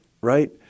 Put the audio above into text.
right